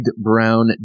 brown